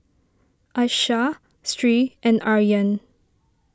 Aishah Sri and Aryan